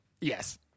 Yes